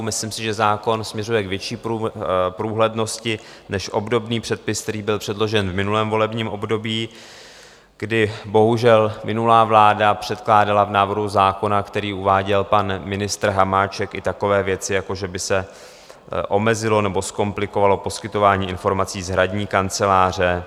Myslím si, že zákon směřuje k větší průhlednosti než obdobný předpis, který byl předložen v minulém volebním období, kdy bohužel minulá vláda předkládala v návrhu zákona, který uváděl pan ministr Hamáček, i takové věci, jako že by se omezilo nebo zkomplikovalo poskytování informací z hradní kanceláře.